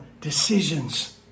decisions